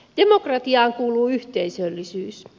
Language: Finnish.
demokratiaan kuuluu yhteisöllisyys